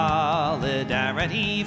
Solidarity